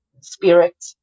spirit